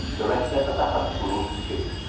director of the hudson institute,